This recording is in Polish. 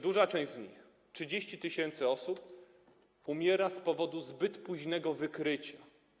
Duża część z nich, 30 tys. osób, umiera z powodu zbyt późnego ich wykrycia.